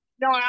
no